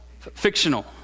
Fictional